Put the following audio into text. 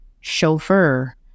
chauffeur